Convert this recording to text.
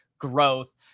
Growth